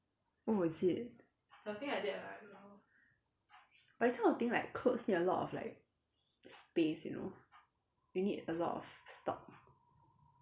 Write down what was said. oh is it but this kind of thing like clothes need a lot of like space you know you need a lot of stock